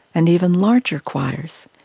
and even larger choirs.